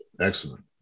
excellent